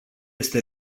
este